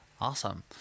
Awesome